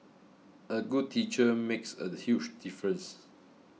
a good teacher makes a huge difference